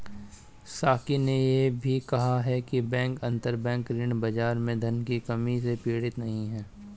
साकी ने यह भी कहा कि बैंक अंतरबैंक ऋण बाजार में धन की कमी से पीड़ित नहीं हैं